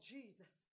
Jesus